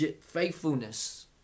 faithfulness